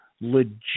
legit